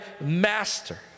master